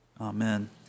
Amen